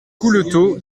couleto